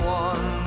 one